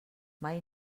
mai